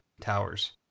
towers